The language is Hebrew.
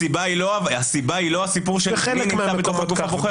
הסיבה היא לא הסיפור של מי נמצא בגוף הבוחר.